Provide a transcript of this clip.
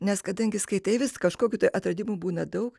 nes kadangi skaitai vis kažkokių tai atradimų būna daug